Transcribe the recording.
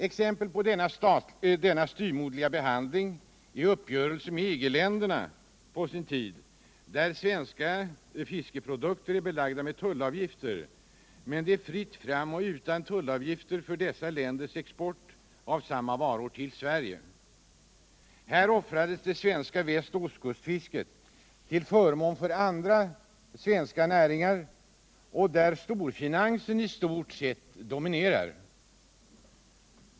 Exempe: på denna styvmoderliga behandling är uppgörelsen med EG länderna på sin tid, där svenska fiskeprodukter är belagda med tullavgifter, men det är fritt fram och inga tullavgifter för dessa länders export av samma varor till Sverige. Här offrades det svenska väst och ostkustfisket till förmån för andra svenska näringar, där storfinansen i stort sett dominerar.